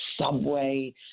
subway